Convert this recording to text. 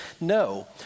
no